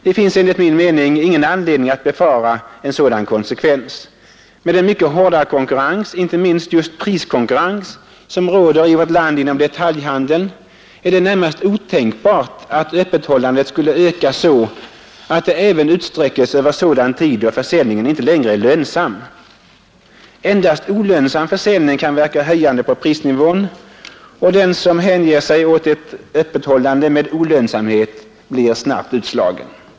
Det finns enligt min mening ingen anledning att befara en sådan konsekvens. Med den mycket hårda konkurrens, inte minst just priskonkurrens, som råder i vårt land inom detaljhandeln är det närmast otänkbart att öppethållandet skulle öka så, att det även utsträckes över sådan tid då försäljningen inte längre är lönsam. Endast olönsam försäljning kan verka höjande på prisnivån, och den som hänger sig åt ett öppethållande med olönsamhet blir snabbt utslagen.